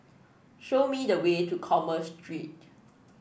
show me the way to Commerce Street